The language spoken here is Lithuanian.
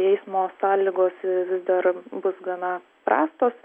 eismo sąlygos vis dar bus gana prastos